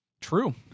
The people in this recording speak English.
True